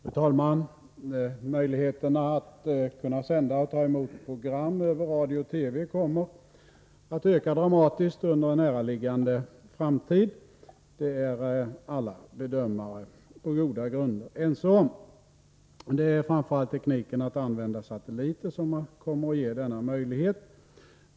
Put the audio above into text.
Fru talman! Möjligheterna att kunna sända och ta emot program över radio och TV kommer att öka dramatiskt under en näraliggande framtid. Det är alla bedömare på goda grunder ense om. Det är framför allt tekniken att använda satelliter som kommer att ge denna möjlighet.